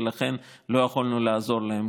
ולכן לא היינו יכולים לעזור להם.